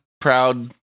proud